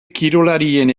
kirolarien